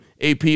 AP